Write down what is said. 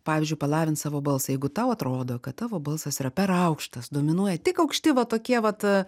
pavyzdžiui palavint savo balsą jeigu tau atrodo kad tavo balsas yra per aukštas dominuoja tik aukšti va tokie vat